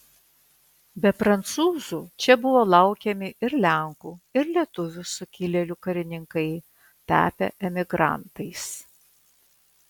be prancūzų čia buvo laukiami ir lenkų ir lietuvių sukilėlių karininkai tapę emigrantais